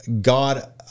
God